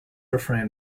refrain